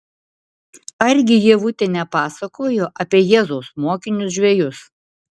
argi ievutė nepasakojo apie jėzaus mokinius žvejus